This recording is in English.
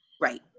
Right